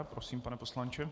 Prosím, pane poslanče.